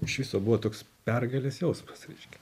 iš viso buvo toks pergalės jausmas reiškia